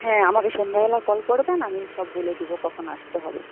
হ্যাঁ আমাকে সন্ধ্যাবেলা কল করবেন আমি সব বলে দেবো কখন আসতে হবে